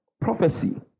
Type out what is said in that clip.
prophecy